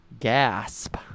Gasp